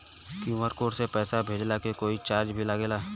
QR से पैसा भेजला के कोई चार्ज भी लागेला?